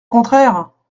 contraire